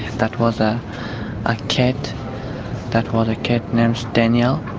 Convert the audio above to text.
that was a kid. that was a kid named daniel.